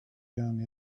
young